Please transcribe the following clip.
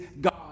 God